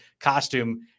costume